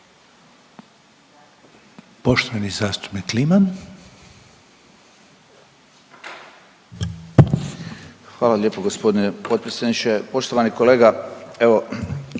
Poštovani zastupnik Kliman.